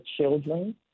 children